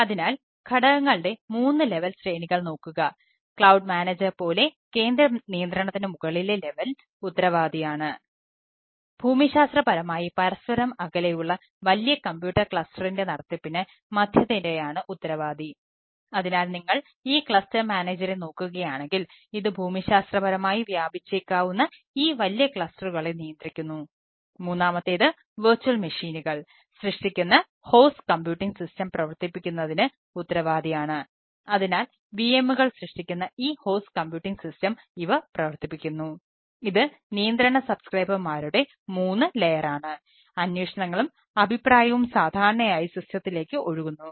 അതിനാൽ ഘടകങ്ങളുടെ 3 ലെവൽ താഴേക്ക് കൈമാറുന്നു